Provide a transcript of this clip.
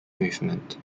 movement